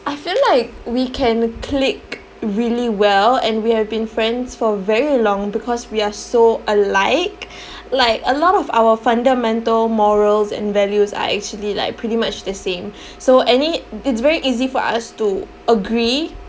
I feel like we can click really well and we have been friends for very long because we are so alike like a lot of our fundamental morals and values are actually like pretty much the same so any it's very easy for us to agree